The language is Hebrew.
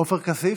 עופר כסיף,